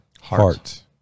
heart